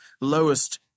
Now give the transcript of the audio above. lowest